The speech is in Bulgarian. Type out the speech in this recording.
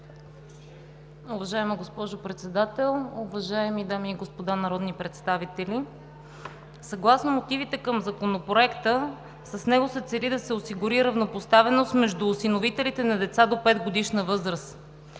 Уважаема госпожо Председател, уважаеми дами и господа народни представители! Съгласно мотивите към Законопроекта с него се цели да се осигури равнопоставеност между осиновителите на деца до 5-годишна възраст.